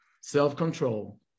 self-control